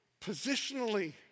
positionally